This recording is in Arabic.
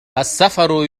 السفر